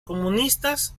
comunistas